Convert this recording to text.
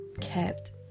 kept